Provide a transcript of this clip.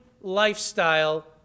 lifestyle